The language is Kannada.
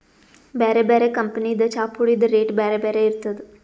ಬ್ಯಾರೆ ಬ್ಯಾರೆ ಕಂಪನಿದ್ ಚಾಪುಡಿದ್ ರೇಟ್ ಬ್ಯಾರೆ ಬ್ಯಾರೆ ಇರ್ತದ್